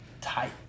tight